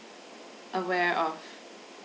aware of